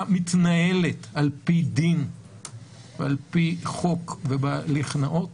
מתנהלת על פי דין ועל פי חוק ובהליך הנאות.